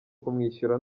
kumwishyura